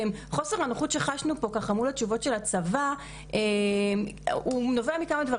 חוסר הנוחות שחשנו פה מול התשובות של הצבא הוא נובע מכמה דברים.